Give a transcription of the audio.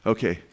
Okay